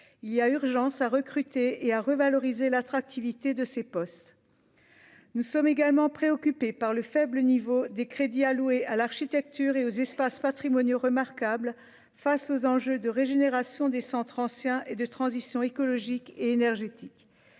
il y a urgence à recruter et à revaloriser l'attractivité de ces postes, nous sommes également préoccupés par le faible niveau des crédits alloués à l'architecture et aux espaces patrimoniaux remarquables face aux enjeux de régénération des centres anciens et de transition écologique et énergétique,